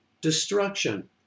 destruction